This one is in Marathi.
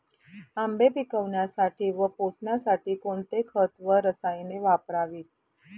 आंबे पिकवण्यासाठी व पोसण्यासाठी कोणते खत व रसायने वापरावीत?